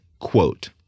quote